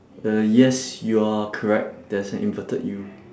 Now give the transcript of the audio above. uh yes you are correct there's an inverted U